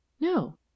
No